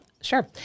sure